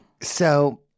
So-